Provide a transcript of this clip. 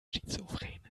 schizophren